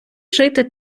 жити